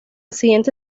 siguiente